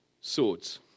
swords